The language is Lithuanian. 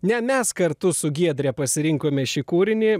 ne mes kartu su giedre pasirinkome šį kūrinį